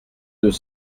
deux